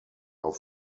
are